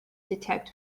detect